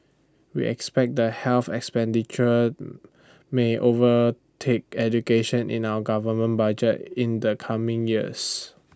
we expect that health expenditure may overtake education in our government budget in the coming years